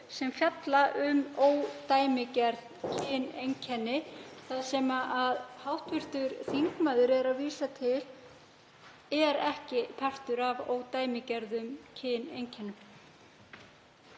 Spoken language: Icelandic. sem fjallar um ódæmigerð kyneinkenni. Það sem hv. þingmaður er að vísa til er ekki partur af ódæmigerðum kyneinkennum.